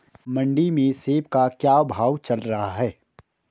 मंडी में सेब का क्या भाव चल रहा है?